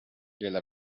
gliela